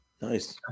Nice